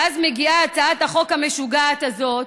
ואז מגיעה הצעת החוק המשוגעת הזאת,